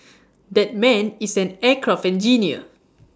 that man is an aircraft engineer